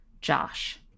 Josh